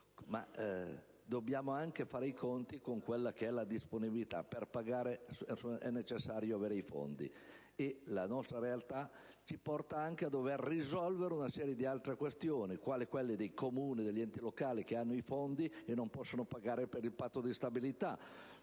ma dobbiamo anche fare i conti con quella che è la disponibilità: per pagare è necessario avere i fondi. E la nostra realtà ci porta anche a dover risolvere una serie di altre questioni, quale quella dei Comuni e degli enti locali che possiedono le risorse e che non possono pagare per il Patto di stabilità,